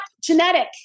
genetic